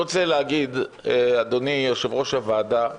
אדוני יושב-ראש הוועדה,